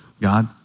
God